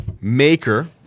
maker